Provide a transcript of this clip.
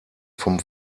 vom